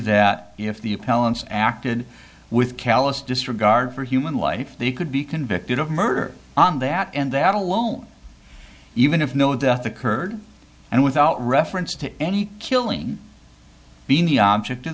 that if the appellant's acted with callous disregard for human life they could be convicted of murder on that and that alone even if no death occurred and without reference to any killing being the object of